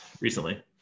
recently